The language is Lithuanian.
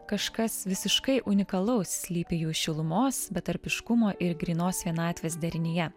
kažkas visiškai unikalaus slypi jų šilumos betarpiškumo ir grynos vienatvės derinyje